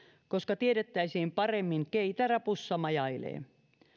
koska tiedettäisiin paremmin keitä rapussa majailee